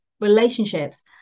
relationships